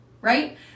Right